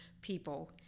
people